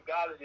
God